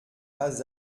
pas